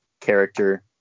character